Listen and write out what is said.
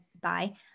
bye